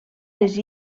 les